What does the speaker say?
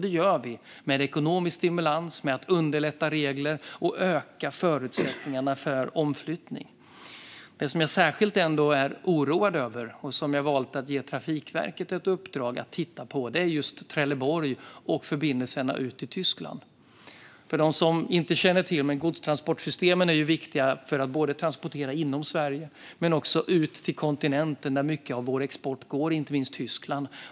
Det gör vi med ekonomisk stimulans, med att underlätta regler och med att öka förutsättningarna för omflyttning. Det som jag ändå är särskilt oroad över och som jag valt att ge Trafikverket i uppdrag att titta på gäller Trelleborg och förbindelserna ut i Tyskland. För dem som inte känner till det är godstransportsystemen viktiga för att transportera inom Sverige men även ut till kontinenten. Mycket av vår export går dit, inte minst till Tyskland.